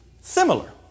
similar